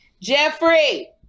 Jeffrey